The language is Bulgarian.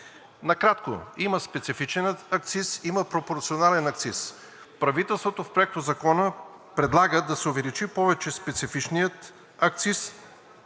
Накратко – има специфичен акциз, има пропорционален акциз. В Проектозакона правителството предлага да се увеличи повече специфичният акциз